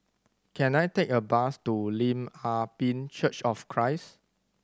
can I take a bus to Lim Ah Pin Church of Christ